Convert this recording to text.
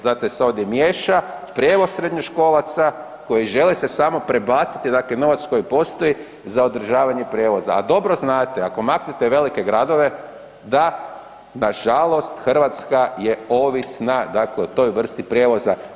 Zato se ovdje i miješa prijevoz srednjoškolaca koji žele se samo prebaciti, dakle novac koji postoji za održavanje prijevoza a dobro znate ako maknete velike gradove, da nažalost Hrvatska je ovisna dakle o toj vrsti prijevoza.